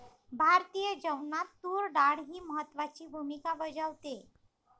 भारतीय जेवणात तूर डाळ ही महत्त्वाची भूमिका बजावते